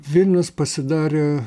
vilnius pasidarė